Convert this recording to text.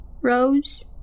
Rose